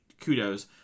kudos